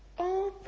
o